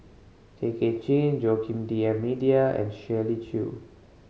Tay Kay Chin Joaquim D'Almeida and Shirley Chew